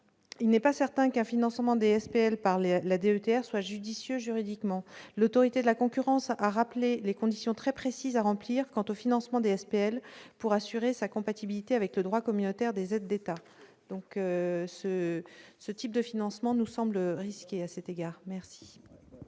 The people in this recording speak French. il n'est pas certain qu'un financement des SPL par la DETR soit judicieux juridiquement. L'Autorité de la concurrence a rappelé les conditions très précises à remplir quant au financement des SPL pour assurer sa compatibilité avec le droit communautaire des aides d'État. Ce type de financement nous semble risqué à cet égard. En